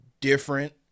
different